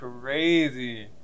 crazy